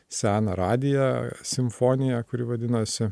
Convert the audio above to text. seną radiją simfoniją kuri vadinasi